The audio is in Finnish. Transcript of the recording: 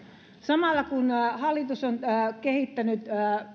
samalla kun hallitus on kehittänyt